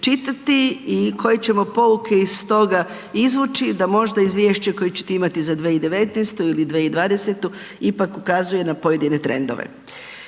i koje ćemo pouke iz toga izvući da možda izvješće koje ćete imati za 2019. ili 2020. ipak ukazuje na pojedine trendove.